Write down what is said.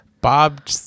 Bob